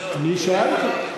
אני שאלתי.